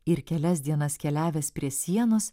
ir kelias dienas keliavęs prie sienos